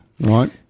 right